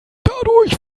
dadurch